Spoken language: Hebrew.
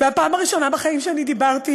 הפעם הראשונה בחיים שאני דיברתי